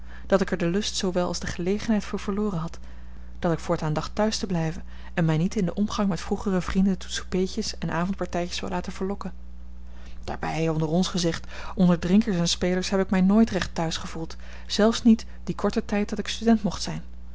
dat ik er den lust zoowel als de gelegenheid voor verloren had dat ik voortaan dacht thuis te blijven en mij niet in den omgang met vroegere vrienden tot soupeetjes en avondpartijtjes wou laten verlokken daarbij onder ons gezegd onder drinkers en spelers heb ik mij nooit recht thuis gevoeld zelfs niet dien korten tijd dat ik student mocht zijn